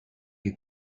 you